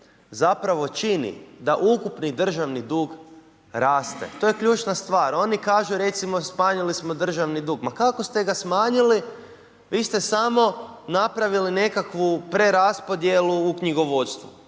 zapravo čini da ukupni državni dug raste. To je ključna stvar, oni kažu recimo smanjili smo državni dug, ma kako ste ga smanjili? Vi ste samo napravili nekakvu preraspodjelu u knjigovodstvu